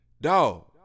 Dog